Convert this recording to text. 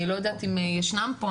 אני לא יודעת אם ישנם פה,